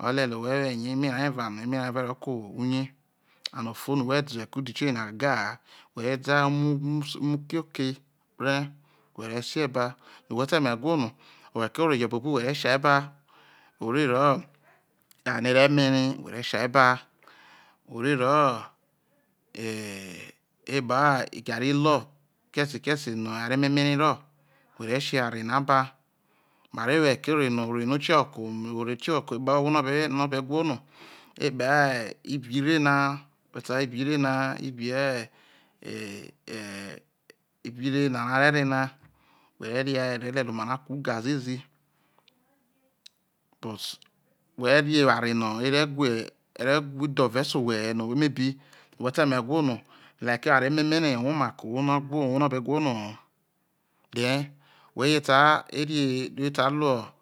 o̠ re̠ lelel owhe̠ wo eyao emera evano emera eva ro̠ ke̠ owhe uye and ufo no̠ whe da oghe̠re̠ ke̠ udi otioye na ha gagaha whe ro̠ dae whe re umutho oke ore whe̠ re̠se ba no̠ whe̠ te muho̠ egwo no̠ o̠ghe̠re̠ ke̠ ore jo̠ bobu whe̠ re sea ba ore woho eware no̠e re̠ mere where sai ba ore roho eee epa garri lo ke̠se̠ keseno no̠ eware memere ro whe̠re̠ se eware yena ba mare wooghe̠re̠ re ore no okieho ke epao ohwo no obe obe who no epao ibi ire na whe sa re ibi ire na ibiee eh eh ibi ire no a re re na whe̠ re̠ rea letel oma na kru ga ziezi but whe̠ re̠ re eware no e re whe e̠re̠ wha idho̠e̠ se owhe he no maybe whete mu ewhona like eware ameme rana woma ha ke̠ ohwo no owho owhono obe who no ho then whe je sare re sai ru